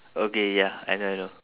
okay ya I know I know